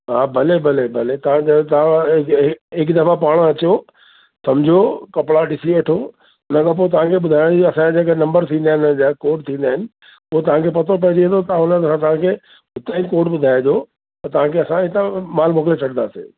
हा भले भले भले तव्हांजा तव्हां हि हिकु दफ़ा पाण अचो सम्झो कपिड़ा ॾिसी वठो उनखां पोइ तव्हांखे ॿुधाएण जी असांजा जेके नम्बर थींदा आहिनि हिनजा कोड थींदा आहिनि उहो तव्हांखे पतो पइजी वेंदो तव्हां हुन हां सां तव्हांखे सई कोड ॿुधाइजो त तव्हांखे असां हितां माल मोकिले छॾिदासीं